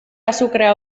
azukrea